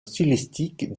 stylistique